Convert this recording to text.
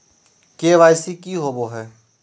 KYC की होबो है?